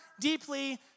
deeply